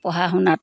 পঢ়া শুনাত